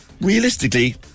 realistically